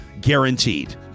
guaranteed